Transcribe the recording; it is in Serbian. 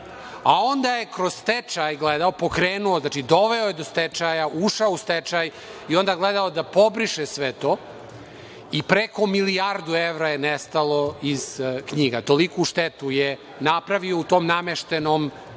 a onda je kroz stečaj pokrenuo, doveo do stečaja, ušao u stečaj i onda gledao da pobriše sve to i preko milijardu evra je nestalo iz knjiga. Toliku štetu je napravio u tom nameštenom